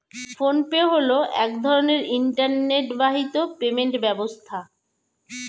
phone pay হলো এক ধরনের ইন্টারনেট বাহিত পেমেন্ট ব্যবস্থা